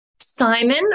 Simon